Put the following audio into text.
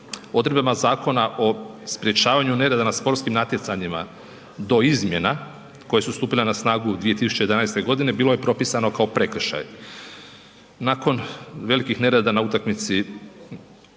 Odredbama Zakona o sprječavanju nereda na sportskim natjecanjima do izmjena koje su stupile na snagu 2011. g. bilo je propisano kao prekršaj. Nakon velikih nereda na utakmici